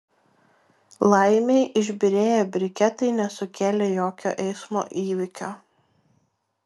laimei išbyrėję briketai nesukėlė jokio eismo įvykio